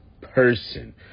person